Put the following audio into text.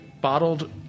bottled